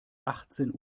achtzehn